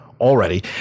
already